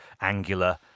angular